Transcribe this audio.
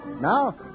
Now